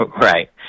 Right